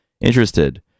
interested